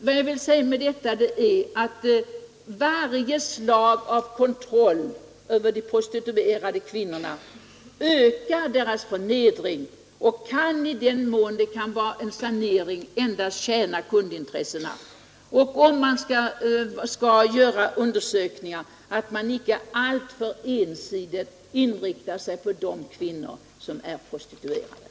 Vad jag vill säga med detta är att varje slag av kontroll över de prostituerade kvinnorna ökar deras förnedring och kan, i den mån den kan leda till en sanering, endast tjäna kundintressena. Om man skall göra undersökningar, skall man icke alltför ensidigt inrikta sig på de kvinnor som är prostituerade.